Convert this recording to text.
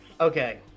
Okay